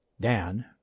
Dan